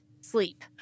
sleep